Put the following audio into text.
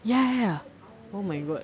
ya ya ya oh my god